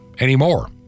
anymore